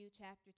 chapter